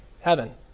heaven